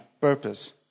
purpose